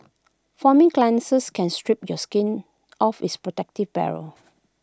foaming cleansers can strip your skin of its protective barrier